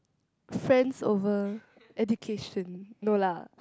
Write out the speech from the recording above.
friends over education no lah